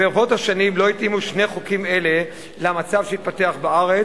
ברבות השנים לא התאימו שני חוקים אלה למצב שהתפתח בארץ,